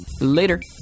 Later